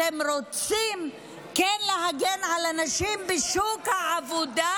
אתם רוצים כן להגן על הנשים בשוק העבודה,